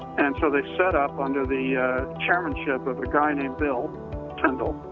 so they set up under the chairmanship of a guy named bill tyndall